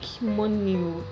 money